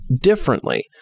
differently